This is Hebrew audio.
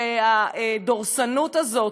והדורסנות הזאת,